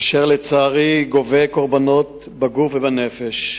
אשר לצערי גובה קורבנות בגוף ובנפש.